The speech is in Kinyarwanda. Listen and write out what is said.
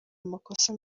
amakosa